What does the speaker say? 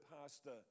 pastor